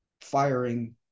firing